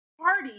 party